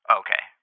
okay